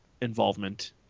involvement